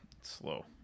slow